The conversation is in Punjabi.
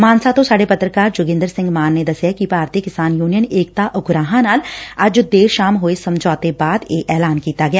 ਮਾਨਸਾ ਤੋਂ ਸਾਡੇ ਪੱਤਰਕਾਰ ਜੋਗਿੰਦਰ ਸਿੰਘ ਮਾਨ ਨੇ ਦਸਿਐ ਕਿ ਭਾਰਤੀ ਕਿਸਾਨ ਯੂਨੀਅਨ ਏਕਤਾ ਉਗਰਾਹਾਂ ਨਾਲ ਅੱਜ ਦੇਰ ਸ਼ਾਮ ਹੋਏ ਸਮਝੌਤੇ ਬਾਅਦ ਇਹ ਐਲਾਨ ਕੀਤਾ ਗਿਆ